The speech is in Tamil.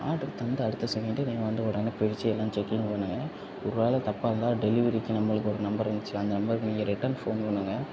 ஆர்டர் தந்த அடுத்த செகண்டே நீங்கள் வந்த உடனே பிரிச்சு எல்லாம் செக்கிங் பண்ணுங்கள் ஒரு வேளை தப்பாக இருந்தால் டெலிவரிக்கு நம்மளுக்கு ஒரு நம்பர் வந்துச்சில அந்த நம்பர்க்கு நீங்கள் ரிட்டர்ன் ஃபோன் பண்ணுங்கள்